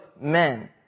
men